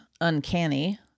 uncanny